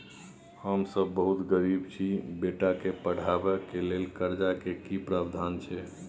हम सब बहुत गरीब छी, बेटा के पढाबै के लेल कर्जा के की प्रावधान छै?